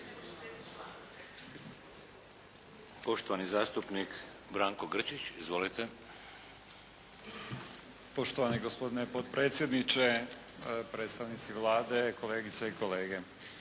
Poštovani zastupnik Branko Grčić. Izvolite. **Grčić, Branko (SDP)** Poštovani gospodine potpredsjedniče, predstavnici Vlade, kolegice i kolege.